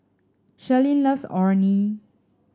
Sherlyn loves Orh Nee